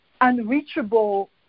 unreachable